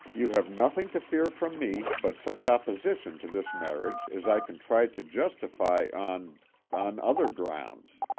you have nothing to fear from me but such opposition to this marriage as i can try to justify on on other grounds.